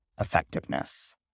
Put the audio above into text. effectiveness